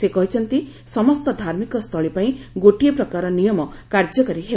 ସେ କହିଛନ୍ତି ସମସ୍ତ ଧାର୍ମିକସ୍ଥଳୀ ପାଇଁ ଗୋଟିଏ ପ୍ରକାର ନିୟମ କାର୍ଯ୍ୟକାରୀ ହେବ